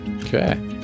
Okay